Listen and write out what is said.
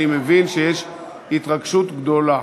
אני מבין שיש התרגשות גדולה.